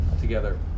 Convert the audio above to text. together